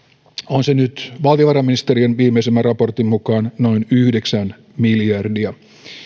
on se nyt valtiovarainministeriön viimeisimmän raportin mukaan noin yhdeksän miljardia